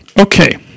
Okay